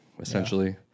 essentially